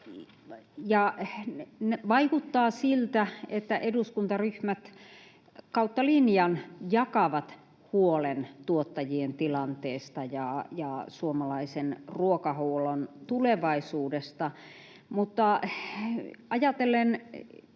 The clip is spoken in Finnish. Vaikuttaa siltä, että eduskuntaryhmät kautta linjan jakavat huolen tuottajien tilanteesta ja suomalaisen ruokahuollon tulevaisuudesta, mutta